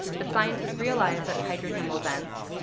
but scientists realized that hydrothermal vents,